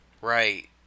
Right